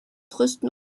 rüsten